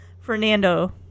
Fernando